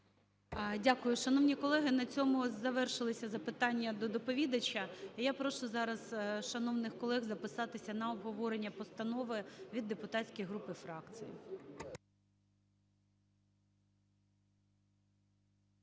Дякую. Шановні колеги, на цьому завершилися запитання до доповідача. І я прошу зараз шановних колег записатися на обговорення постанови від депутатських груп і фракцій.